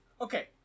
okay